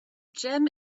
gem